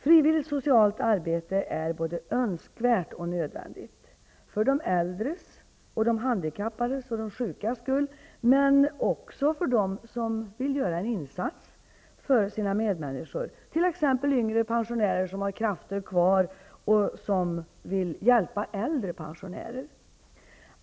Frivilligt socialt arbete är både önskvärt och nädvändigt -- för de äldres, de handikappades och de sjukas skull men också för dem som vill göra en insats för sina medmänniskor, t.ex. yngre pensionärer som har krafter kvar och vill hjälpa äldre pensionärer.